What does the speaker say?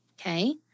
okay